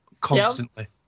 constantly